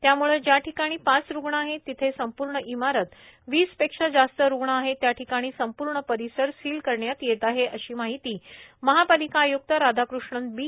त्यामुळे ज्या ठिकाणी पाच रुग्ण आहेत तेथे संपूर्ण इमारत वीसपेक्षा जास्त रुग्ण आहेत त्या ठिकाणी संपूर्ण परिसर सिल करण्यात येत आहे अशी माहिती महापालिका आयक्त राधाकृष्णन बी